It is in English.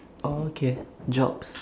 oh okay jobs